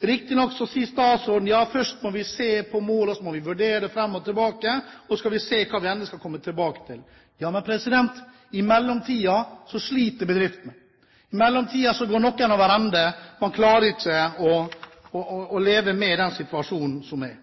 Riktignok sier statsråden: Ja, først må vi se på målet, og så må vi vurdere fram og tilbake, og så skal vi se hva vi endelig skal komme tilbake til. Ja, men i mellomtiden sliter bedriftene. I mellomtiden går noen over ende, man klarer ikke å leve med den situasjonen som er.